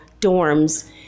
dorms